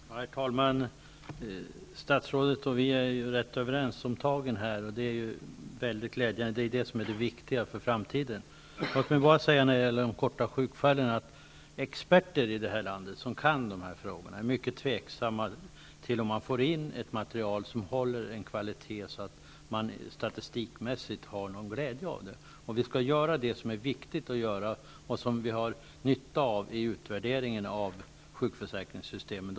Herr talman! Statsrådet och vi är överens om tagen, och det är mycket glädjande. Det är det som är det viktiga för framtiden. Låt mig bara när det gäller de kortvariga sjukfallen säga att experter i det här landet, som kan de här frågorna, är mycket tveksamma till om man får in ett material som håller en sådan kvalitet att vi statistikmässigt har någon glädje av det. Vi skall göra det som är viktigt att göra och som vi har nytta av i utvärderingen av sjukförsäkringssystemen.